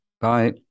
Bye